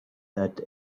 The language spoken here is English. that